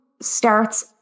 starts